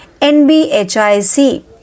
NBHIC